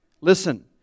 Listen